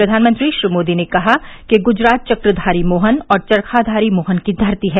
प्रधानमंत्री श्री मोदी ने कहा कि ग्जरात चक्रधारी मोहन व चरखाधारी मोहन की धरती है